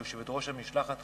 מפי יושבת-ראש המשלחת,